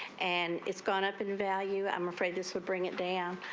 and it's gone up in value i'm afraid this will bring it down